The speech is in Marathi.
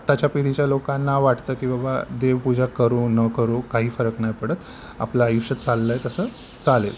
आत्ताच्या पिढीच्या लोकांना वाटतं की बाबा देवपूजा करू न करू काही फरक नाही पडत आपलं आयुष्य चाललं आहे तसं चालेल